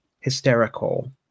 hysterical